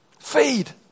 Feed